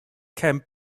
can